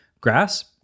Grass